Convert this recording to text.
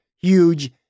huge